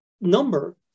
number